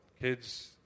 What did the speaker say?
kids